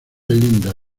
linda